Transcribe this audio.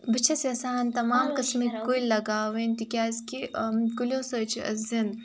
بہٕ چھس یَژھان تَمام قٕسمٕکۍ کُلۍ لَگاوٕنۍ تِکیٛازِکہِ کُلیو سۭتۍ چھِ أسۍ زِندٕ